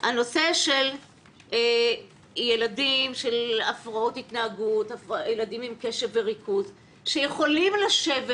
הנושא של ילדים עם הפרעות התנהגות או קשב וריכוז שיכולים לשבת